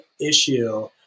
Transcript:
issue